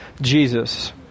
Jesus